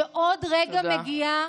שעוד רגע מגיעה,